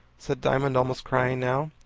said diamond, almost crying now.